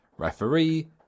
Referee